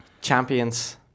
champions